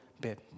bit